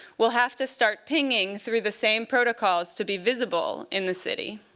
will have to start pinging through the same protocols to be visible in the city.